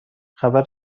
خبر